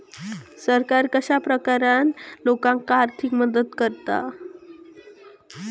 सरकार कश्या प्रकारान लोकांक आर्थिक मदत करता?